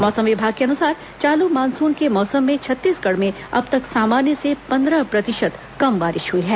मौसम विभाग के अनुसार चालू मानसून के मौसम में छत्तीसगढ़ में अब तक सामान्य से पंद्रह प्रतिशत कम बारिश हुई है